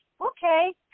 okay